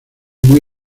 muy